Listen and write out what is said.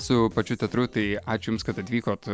su pačiu teatru tai ačiū jums kad atvykot